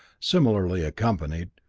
similarly accompanied,